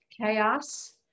chaos